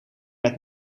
met